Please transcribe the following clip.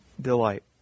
delight